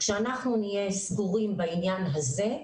כשאנחנו נהיה סגורים בעניין הזה,